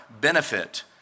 benefit